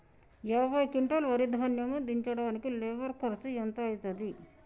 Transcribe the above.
యాభై క్వింటాల్ వరి ధాన్యము దించడానికి లేబర్ ఖర్చు ఎంత అయితది?